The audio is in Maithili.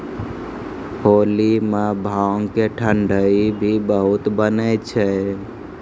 होली मॅ भांग के ठंडई भी खूब बनै छै